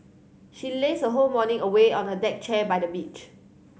she lazed her whole morning away on a deck chair by the beach